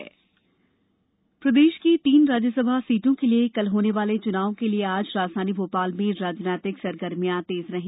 राज्यसभा चुनाव प्रदेश की तीन राज्यसभा सीटों के लिये कल होने वाले चुनाव के लिये आज राजधानी भोपाल में राजनीतिक सरगर्मियां तेज रहीं